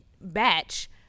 Batch